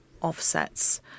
offsets